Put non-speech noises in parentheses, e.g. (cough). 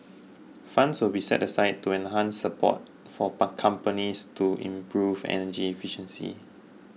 funds will be set aside to enhance support for (unintelligible) companies to improve energy efficiency